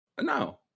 no